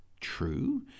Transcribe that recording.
True